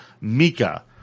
Mika